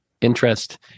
interest